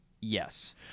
yes